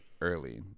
early